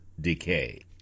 decay